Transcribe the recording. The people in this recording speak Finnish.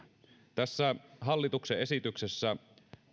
tässä hallituksen esityksessä